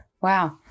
Wow